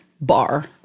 bar